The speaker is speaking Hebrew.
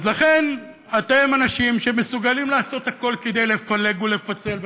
אז לכן אתם אנשים שמסוגלים לעשות הכול כדי לפלג ולפצל.